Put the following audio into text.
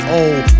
old